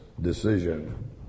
decision